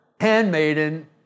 handmaiden